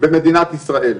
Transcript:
במדינת ישראל.